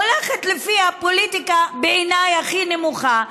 הולכת לפי הפוליטיקה הכי נמוכה בעיניי,